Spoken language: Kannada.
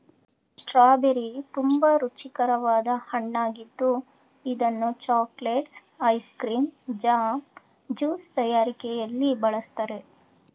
ಸ್ಟ್ರಾಬೆರಿ ತುಂಬಾ ರುಚಿಕರವಾದ ಹಣ್ಣಾಗಿದ್ದು ಇದನ್ನು chocolates, ice cream, jam, juice ತಯಾರಿಕೆಯಲ್ಲಿ ಬಳ್ಸತ್ತರೆ